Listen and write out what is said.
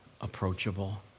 approachable